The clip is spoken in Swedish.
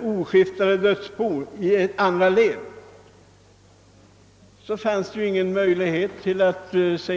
oskiftade dödsbo i andra led, finns ingen möjlighet till vräkning.